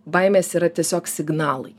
baimės yra tiesiog signalai